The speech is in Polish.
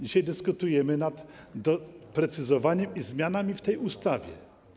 Dzisiaj dyskutujemy nad doprecyzowaniem i zmianami w tej ustawie.